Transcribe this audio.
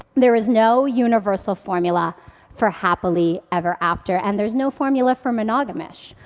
there is no universal formula for happily ever after. and there's no formula for monogamish.